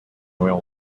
oil